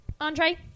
Andre